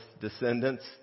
descendants